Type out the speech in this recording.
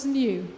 new